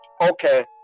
okay